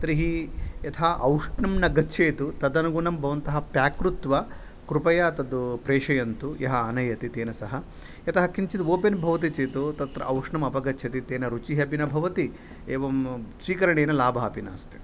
तर्हि यथा औष्णं न गच्छेत तदनुगुणं भवन्तः पेक् कृत्वा कृपया तद् प्रेषयन्तु यः आनयति तेन सह यतः किञ्चित् ओपेन् भवति चेत् तत्र औष्णम् अपगच्छति तेन रुचिः अपि न भवति एवं स्वीकरणेन लाभः अपि नास्ति